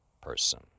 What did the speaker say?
person